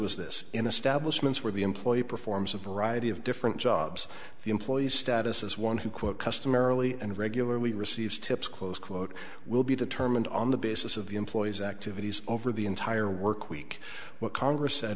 mintz where the employee performs a variety of different jobs the employees status as one who quote customarily and regularly receives tips close quote will be determined on the basis of the employee's activities over the entire work week what congress